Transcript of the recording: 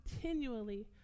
continually